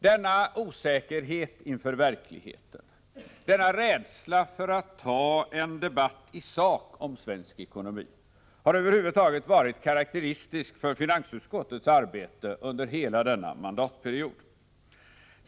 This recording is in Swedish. Denna osäkerhet inför verkligheten, denna rädsla för att ta en debatt i sak om svensk ekonomi har över huvud taget varit karakteristisk för finansutskottets arbete under hela denna mandatperiod.